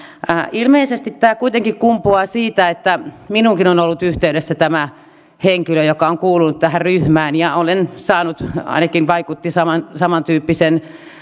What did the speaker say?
ilmeisesti tämä kuitenkin kumpuaa siitä kun minuunkin on ollut yhteydessä tämä henkilö joka on kuulunut tähän ryhmään ja olen saanut ainakin vaikutti siltä samantyyppisen